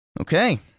Okay